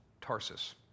Tarsus